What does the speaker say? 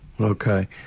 Okay